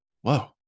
Whoa